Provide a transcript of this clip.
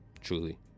Truly